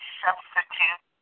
substitute